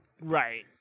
Right